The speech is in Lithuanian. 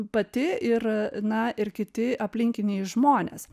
pati ir na ir kiti aplinkiniai žmonės